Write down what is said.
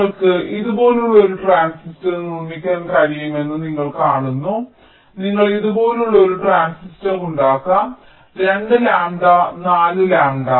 നിങ്ങൾക്ക് ഇതുപോലുള്ള ഒരു ട്രാൻസിസ്റ്റർ നിർമ്മിക്കാൻ കഴിയുമെന്ന് നിങ്ങൾ കാണുന്നു നിങ്ങൾക്ക് ഇതുപോലുള്ള ഒരു ട്രാൻസിസ്റ്റർ ഉണ്ടാക്കാം 2 ലാംബഡ 4 ലാംഡ